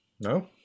no